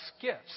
gifts